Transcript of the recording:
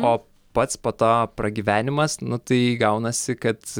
o pats po to pragyvenimas nu tai gaunasi kad